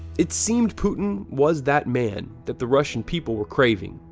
it seemed putin was that man that the russian people were craving,